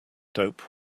dope